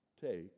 take